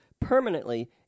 permanently